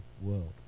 world